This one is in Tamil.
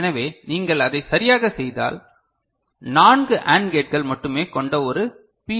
எனவே நீங்கள் அதைச் சரியாகச் செய்தால் 4 AND கேட்கள் மட்டுமே கொண்ட ஒரு பி